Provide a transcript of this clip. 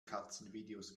katzenvideos